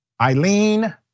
Eileen